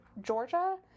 Georgia